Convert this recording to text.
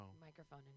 microphone